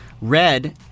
red